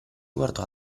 guardò